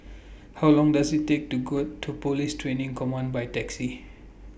How Long Does IT Take to got to Police Training Command By Taxi